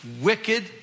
wicked